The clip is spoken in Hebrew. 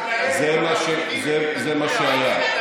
זה מה שהיה.